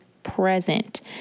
present